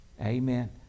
Amen